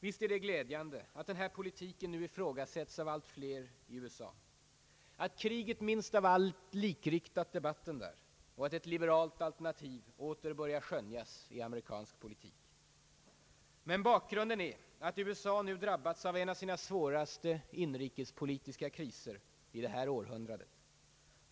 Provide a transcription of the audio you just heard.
Visst är det glädjande att denna politik nu ifrågasätts av allt fler i USA, att kriget minst av allt likriktat debatten där och att ett liberalt alternativ åter börjar skönjas i amerikansk politik. Men bakgrunden är att USA nu drabbats av en av sina svåraste inrikespolitiska kriser i detta århundrade.